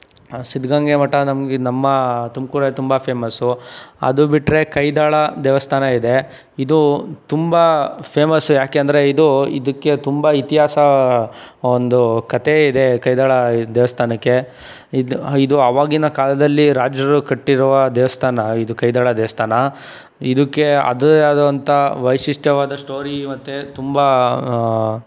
ಆ ಸಿದ್ಧಗಂಗೆ ಮಠ ನಮಗೆ ನಮ್ಮ ತುಮಕೂರಲ್ಲಿ ತುಂಬ ಫೇಮಸ್ಸು ಅದು ಬಿಟ್ರೆ ಕೈದಾಳ ದೇವಸ್ಥಾನ ಇದೆ ಇದು ತುಂಬ ಫೇಮಸ್ಸು ಯಾಕೆಂದ್ರೆ ಇದು ಇದಕ್ಕೆ ತುಂಬ ಇತಿಹಾಸ ಒಂದು ಕಥೆ ಇದೆ ಕೈದಾಳ ದೇವಸ್ಥಾನಕ್ಕೆ ಇದು ಇದು ಅವಾಗಿನ ಕಾಲದಲ್ಲಿ ರಾಜರು ಕಟ್ಟಿರುವ ದೇವಸ್ಥಾನ ಇದು ಕೈದಾಳ ದೇವಸ್ಥಾನ ಇದಕ್ಕೆ ಅದುವೇ ಆದಂತಹ ವೈಶಿಷ್ಟ್ಯವಾದ ಸ್ಟೋರಿ ಮತ್ತೆ ತುಂಬ